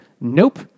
Nope